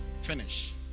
finish